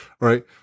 right